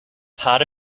part